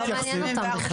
זה לא מעניין אותם בכלל.